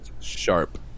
sharp